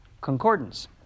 concordance